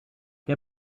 der